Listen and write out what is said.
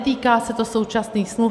A netýká se to současných smluv.